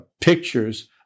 pictures